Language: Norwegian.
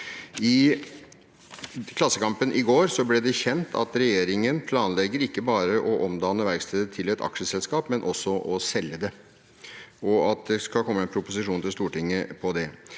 I Klassekampen i går ble det kjent at regjeringen planlegger ikke bare å omdanne verkstedet til et aksjeselskap, men også å selge det, og at det skal komme en proposisjon til Stortinget om det.